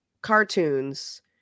cartoons